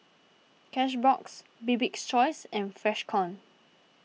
Cashbox Bibik's Choice and Freshkon